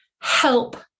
help